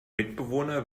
mitbewohner